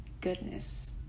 goodness